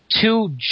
Two